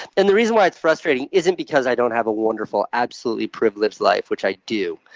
and the reason why it's frustration isn't because i don't have a wonderful, absolutely privileged life, which i do.